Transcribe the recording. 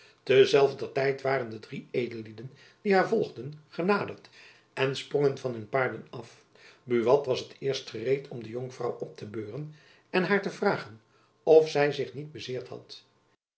zelver tijd waren de drie edellieden die haar volgden genaderd en sprongen van hun paarden af buat was t eerst gereed om de jonkwouw op te beuren en haar te vragen of zy zich niet bezeerd had